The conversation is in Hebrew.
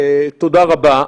תודה רבה.